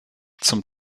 zum